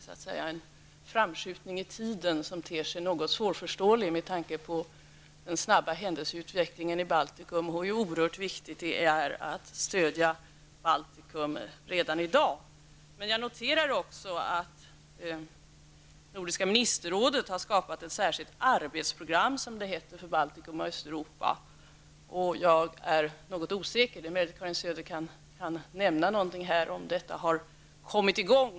Det är en framskjutning i tiden som ter sig något svårförståelig med tanke på den snabba händelseutvecklingen i Baltikum och hur oerhört viktigt det är att stödja Baltikum redan i dag. Jag noterar också att Nordiska ministerrådet har skapat ett särskilt arbetsprogram för Baltikum och Östeuropa. Jag är något osäker på om detta arbete har kommit i gång och avsatt några praktiska resultat ännu.